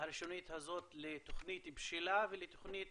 הראשונית הזאת לתוכנית בשלה ולתוכנית